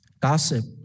Gossip